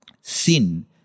Sin